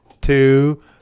two